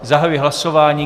Zahajuji hlasování.